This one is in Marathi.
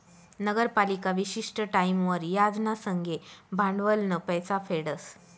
नगरपालिका विशिष्ट टाईमवर याज ना संगे भांडवलनं पैसा फेडस